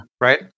right